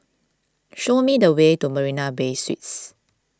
show me the way to Marina Bay Suites